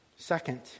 Second